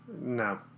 No